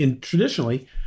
traditionally